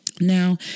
now